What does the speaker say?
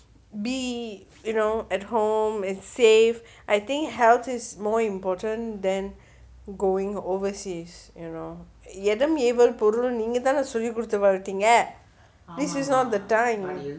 be you know at home and safe I think health is more important than going overseas you know இடம் ஏவல் பொருள் னு நீங்க தான சொல்லி கொடுத்து வளத்திங்க:idam eaval porul nu neenga thaana solli kodutthu valathiinga this is not the time